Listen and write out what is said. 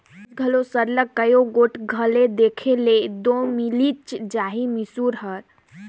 आएज घलो सरलग कइयो गोट घरे देखे ले दो मिलिच जाही मूसर हर